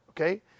Okay